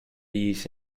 use